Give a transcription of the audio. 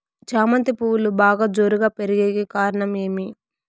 చామంతి పువ్వులు బాగా జోరుగా పెరిగేకి కారణం ఏమి?